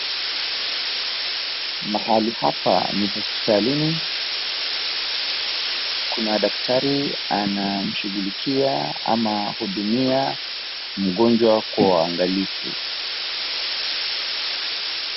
Mahali apa ni hospitalini. Kuna daktari anamshughulikia anahudumia mgonjwa kwa uangalifu.